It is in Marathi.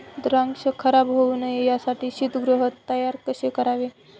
द्राक्ष खराब होऊ नये यासाठी शीतगृह तयार कसे करावे?